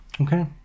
okay